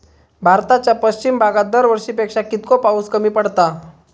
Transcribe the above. भारताच्या पश्चिम भागात दरवर्षी पेक्षा कीतको पाऊस कमी पडता?